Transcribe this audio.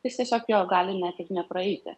jis tiesiog jo gali net ir nepraeiti